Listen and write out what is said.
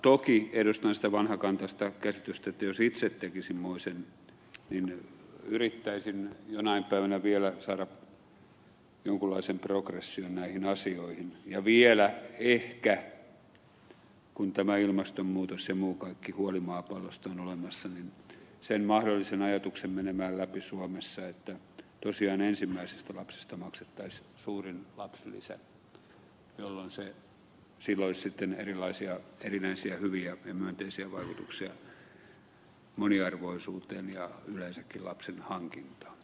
toki edustan sitä vanhakantaista käsitystä että jos itse tekisin moisen yrittäisin jonain päivänä vielä saada jonkunlaisen progression näihin asioihin ja vielä ehkä kun ilmastonmuutos ja muu kaikki huoli maapallosta on olemassa sen mahdollisen ajatuksen menemään läpi suomessa että tosiaan ensimmäisestä lapsesta maksettaisiin suurin lapsilisä jolloin sillä olisi erinäisiä hyviä ja myönteisiä vaikutuksia moniarvoisuuteen ja yleensäkin lapsen hankintaan